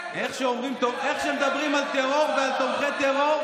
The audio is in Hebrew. איך שמדברים על טרור ועל תומכי טרור,